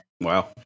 Wow